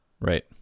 right